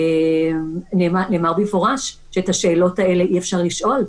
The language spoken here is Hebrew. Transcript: נאמר במפורש שאת השאלות האלה אי אפשר לשאול.